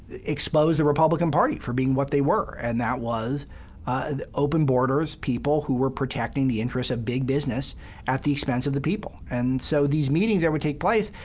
expose the republican party for being what they were, and that was open-borders people who were protecting the interests of big business at the expense of the people. and so these meetings that would take place,